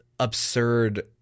absurd